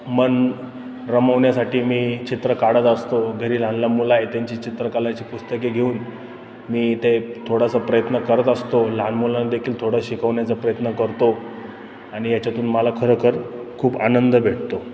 मन रमवण्यासाठी मी चित्र काढत असतो घरी लहानला मुलं आहेत त्यांची चित्रकलाची पुस्तके घेऊन मी ते थोडासा प्रयत्न करत असतो लहान मुलांना देेखील थोडं शिकवण्याचा प्रयत्न करतो आणि याच्यातून मला खरोखर खूप आनंद भेटतो